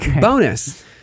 bonus